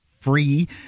free